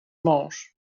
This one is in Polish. mąż